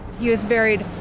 he was buried.